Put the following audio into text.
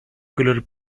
color